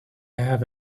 have